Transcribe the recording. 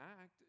act